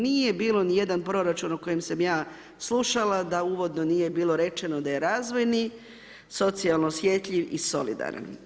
Nije bio niti jedan proračun o kojem sam ja slušala da uvodno nije bilo rečeno da je razvojni, socijalno osjetljiv i solidaran.